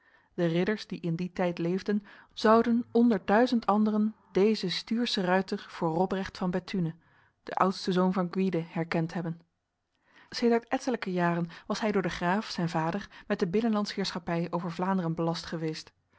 de ridders die in die tijd leefden zouden onder duizend anderen deze stuurse ruiter voor robrecht van bethune de oudste zoon van gwyde herkend hebben sedert ettelijke jaren was hij door de graaf zijn vader met de binnenlandsheerschappij over vlaanderen belast geweest